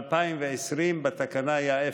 ב-2020, בתקנה היה אפס.